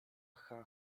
cha